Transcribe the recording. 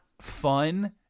fun